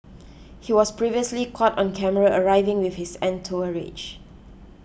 he was previously caught on camera arriving with his entourage